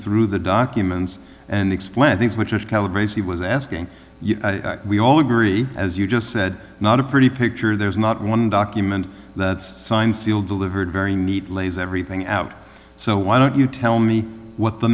through the documents and explain things which it calibrates he was asking you we all agree as you just said not a pretty picture there was not one document that signed sealed delivered very neat lays everything out so why don't you tell me what the